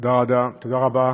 תודה רבה,